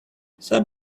some